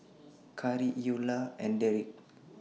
Khari Eola and Darrick